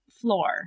floor